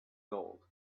gold